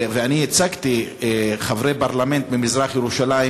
אני ייצגתי חברי פרלמנט ממזרח-ירושלים